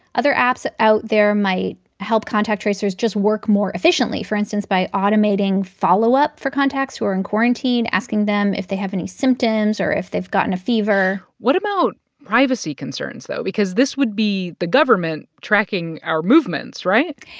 other apps ah out there might help contact tracers just work more efficiently, for instance, by automating follow-up for contacts who are in quarantine asking them if they have any symptoms or if they've gotten a fever what um about privacy concerns, though? because this would be the government tracking our movements, right?